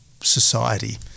society